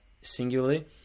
singularly